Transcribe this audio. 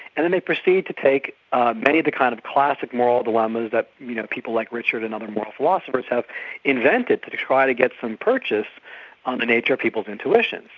and then they proceed to take many of the kind of classic moral dilemmas that you know know people like richard and other moral philosophers have invented to to try to get some purchase on the nature of people's intuitions.